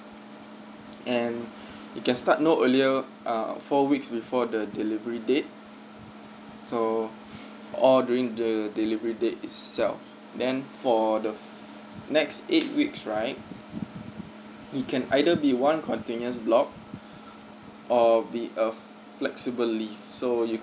and you can start more earlier uh four weeks before the delivery date so or during the delivery date itself then for the next eight weeks right it can either be one continuous block or be uh flexibly so you